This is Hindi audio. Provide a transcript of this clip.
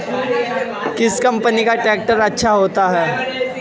किस कंपनी का ट्रैक्टर अच्छा होता है?